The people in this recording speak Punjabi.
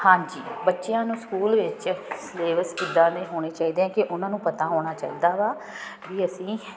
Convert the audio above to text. ਹਾਂਜੀ ਬੱਚਿਆਂ ਨੂੰ ਸਕੂਲ ਵਿੱਚ ਸਿਲੇਬਸ ਕਿੱਦਾਂ ਦੇ ਹੋਣੇ ਚਾਹੀਦੇ ਹੈ ਕਿ ਉਹਨਾਂ ਨੂੰ ਪਤਾ ਹੋਣਾ ਚਾਹੀਦਾ ਵਾ ਵੀ ਅਸੀਂ